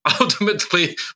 ultimately